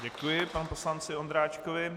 Děkuji panu poslanci Ondráčkovi.